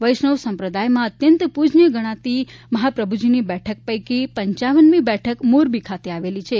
વૈષ્ણવ સંપ્રદાયમાં અત્યંત પૂજનીય ગણાતી મહાપ્રભુજીની બેઠક પૈકી પંચાવનમી બેઠક મોરબી ખાતે આવેલી છે